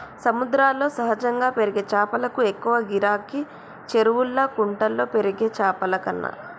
సముద్రాల్లో సహజంగా పెరిగే చాపలకు ఎక్కువ గిరాకీ, చెరువుల్లా కుంటల్లో పెరిగే చాపలకన్నా